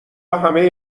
همه